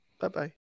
Bye-bye